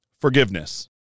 Forgiveness